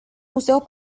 museos